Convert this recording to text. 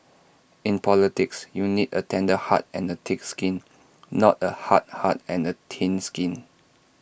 in politics you need A tender heart and A thick skin not A hard heart and thin skin